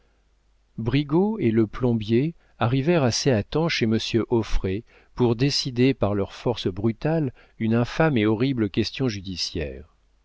brigaut et le plombier arrivèrent assez à temps chez monsieur auffray pour décider par leur force brutale une infâme et horrible question judiciaire